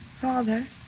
Father